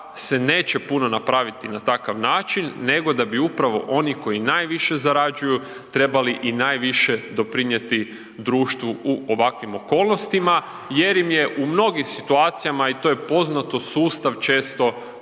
se neće puno napraviti na takav način, nego da bi upravo oni koji najviše zarađuju trebali i najviše doprinijeti društvu u ovakvim okolnostima jer im je u mnogim situacijama, i to je poznato, sustav često